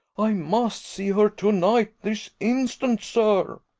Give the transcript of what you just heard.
i must see her to-night this instant, sir!